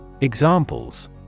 Examples